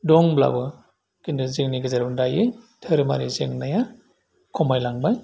दंब्लाबो खिन्थु जोंनि गेजेराव दायो धोरोमारि जेंनाया खमायलांबाय